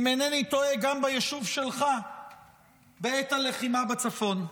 אם אינני טועה, גם ביישוב שלך בעת הלחימה בצפון.